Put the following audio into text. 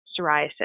psoriasis